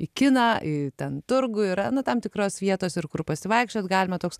į kiną į ten turgų yra nuo tam tikros vietos ir kur pasivaikščiot galima toks